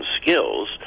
skills